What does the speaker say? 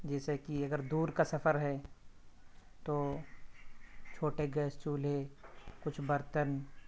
جیسے کہ اگر دور کا سفر ہے تو چھوٹے گیس چولہے کچھ برتن